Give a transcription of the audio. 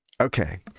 Okay